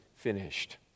finished